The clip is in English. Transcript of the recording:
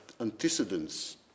antecedents